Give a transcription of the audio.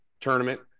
Tournament